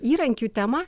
įrankių temą